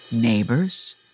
neighbors